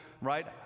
right